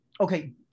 okay